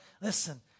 Listen